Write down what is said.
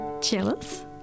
jealous